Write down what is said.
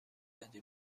دادی